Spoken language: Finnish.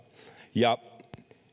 ja